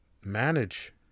manage